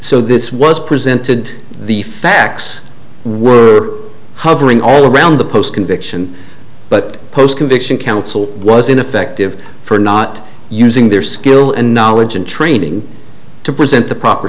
so this was presented the facts were hovering all around the post conviction but post conviction counsel was ineffective for not using their skill and knowledge and training to present the proper